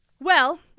Well-